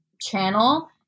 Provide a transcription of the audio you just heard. channel